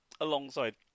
alongside